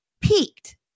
peaked